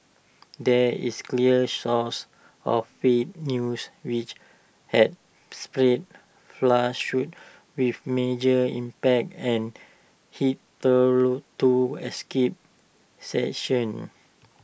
there is clear source of fake news' which has spread with major impact and escaped